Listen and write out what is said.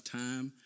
time